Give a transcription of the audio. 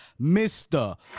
Mr